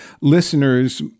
listeners